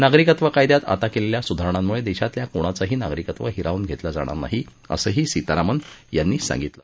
नागरिकत्व कायद्यात आता केलेल्या सुधारणांमुळे देशातल्या कोणाचंही नागरिकत्व हिरावून घेतलं जाणार नाही असंही सीतारामन यांनी सांगितलं